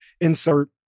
insert